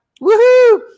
Woohoo